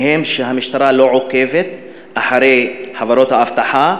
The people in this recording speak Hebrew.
ובהם שהמשטרה לא עוקבת אחרי חברות האבטחה,